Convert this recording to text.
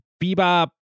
Bebop